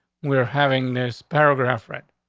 we're having this paragraph read.